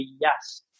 yes